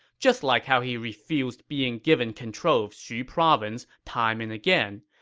just like how he refused being given control of xu province time and again.